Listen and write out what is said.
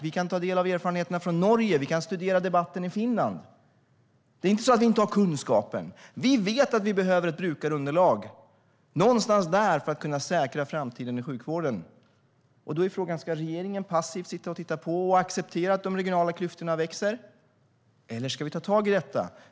Vi kan ta del av erfarenheterna från Norge. Vi kan studera debatten i Finland. Det är inte så att vi inte har kunskapen. Vi vet att vi behöver ett brukarunderlag någonstans där för att kunna säkra framtiden i sjukvården. Då är frågan: Ska regeringen passivt sitta och titta på och acceptera att de regionala klyftorna växer, eller ska vi ta tag i detta?